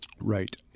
right